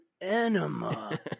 enema